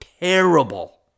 terrible